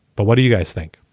but what do you guys think?